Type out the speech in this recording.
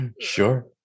Sure